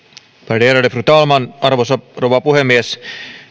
värderade fru talman arvoisa rouva puhemies